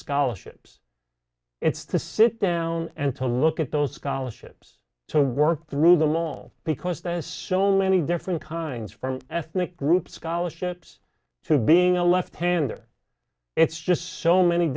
scholarships it's to sit down and to look at those scholarships to work through the long haul because there's so many different kinds from ethnic groups scholarships to being a left hander it's just so many